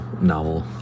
novel